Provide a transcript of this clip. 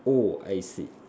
oh I see